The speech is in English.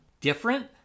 different